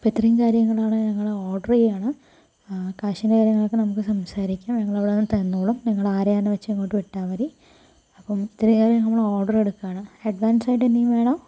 ഇപ്പോൾ ഇത്രയും കാര്യങ്ങളാണ് ഞങ്ങള് ഓർഡർ ചെയ്യുകയാണ് കാശിൻ്റെ കാര്യങ്ങളൊക്കെ നമുക്ക് സംസാരിക്കാം ഞങ്ങളവിടെ വന്ന് തന്നോളും നിങ്ങളാരെയാണെന്ന് വെച്ചാൽ ഇങ്ങോട്ട് വിട്ടാൽ മതി അപ്പോൾ ഇത്രയേറെ നമ്മൾ ഓർഡർ കൊടുക്കുകയാണ് അഡ്വാൻസായിട്ട് എന്തെങ്കിലും വേണോ